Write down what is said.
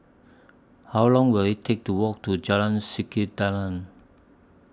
How Long Will IT Take to Walk to Jalan Sikudangan